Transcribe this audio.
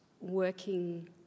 working